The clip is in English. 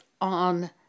on